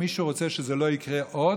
אם מישהו רוצה שזה לא יקרה עוד,